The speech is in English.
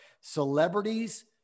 celebrities